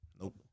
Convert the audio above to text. Nope